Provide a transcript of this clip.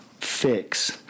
fix